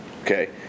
okay